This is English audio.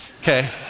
Okay